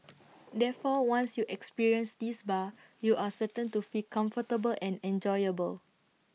therefore once you experience this bar you are certain to feel comfortable and enjoyable